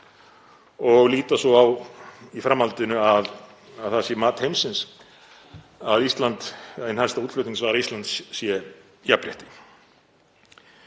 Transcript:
og líta svo á í framhaldinu að það sé mat heimsins að ein helsta útflutningsvara Íslands sé jafnrétti.